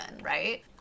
Right